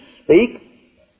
Speak